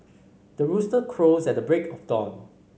the rooster crows at the break of dawn